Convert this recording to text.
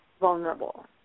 vulnerable